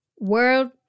world